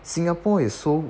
singapore is so